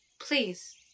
Please